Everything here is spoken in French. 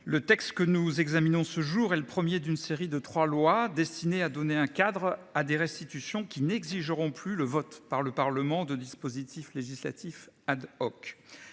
Le texte que nous examinons ce jour est le 1er d'une série de 3 lois destiné à donner un cadre à des restitutions qui n'exigeront plus le vote par le parlement de dispositifs législatifs ad hoc.